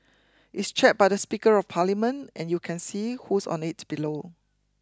it's chaired by the Speaker of Parliament and you can see who's on it below